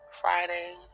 Friday